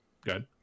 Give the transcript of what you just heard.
good